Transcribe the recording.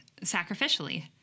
sacrificially